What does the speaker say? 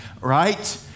right